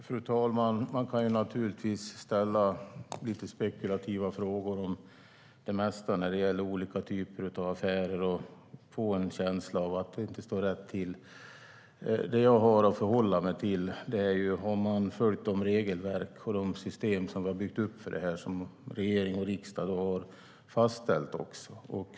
Fru talman! Man kan naturligtvis ställa spekulativa frågor om det mesta när det gäller olika typer av affärer och få en känsla av att det inte står rätt till. Det jag har att förhålla mig till är om man har följt de regelverk och de system som regering och riksdag har fastställt.